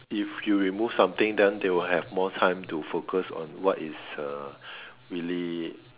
if you remove something then they will have more time to focus on what is uh really